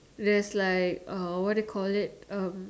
there's like uh what you call that um